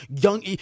young